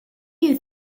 you